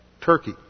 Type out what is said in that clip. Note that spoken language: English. Turkey